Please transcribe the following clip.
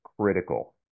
critical